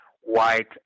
White